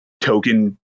token